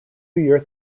your